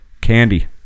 Candy